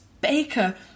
Baker